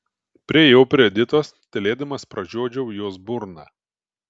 priėjau prie editos tylėdamas pražiodžiau jos burną